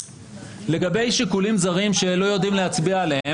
לגבי שיקולים זרים שלא יודעים להצביע עליהם